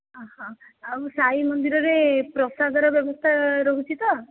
ଆଉ ସାଇ ମନ୍ଦିରରେ ପ୍ରସାଦର ବ୍ୟବସ୍ତା ରହୁଛି ତ